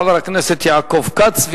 חבר הכנסת יעקב כץ,